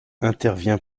intervient